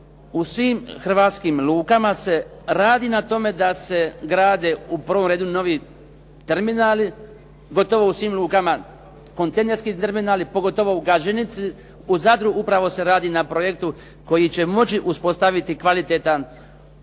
u svim hrvatskim lukama se radi na tome da se grade u prvom redu novi terminali, gotovo u svim lukama kontejnerski terminali, pogotovo u Gaženici. U Zadru upravo se radi na projektu koji će moći uspostaviti kvalitetnu